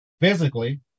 Physically